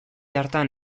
hartan